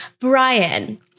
Brian